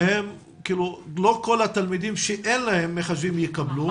לא כל התלמידים שאין להם מחשבים יקבלו.